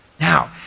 Now